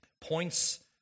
points